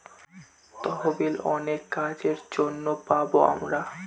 তহবিল অনেক কাজের জন্য পাবো আমরা